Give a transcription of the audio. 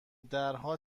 درها